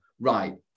Right